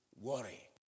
worry